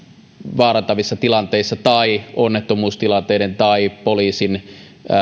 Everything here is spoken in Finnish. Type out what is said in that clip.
vaarantavissa tilanteissa tai onnettomuustilanteiden tai poliisin